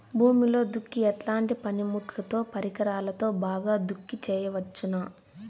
భూమిలో దుక్కి ఎట్లాంటి పనిముట్లుతో, పరికరాలతో బాగా దుక్కి చేయవచ్చున?